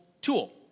tool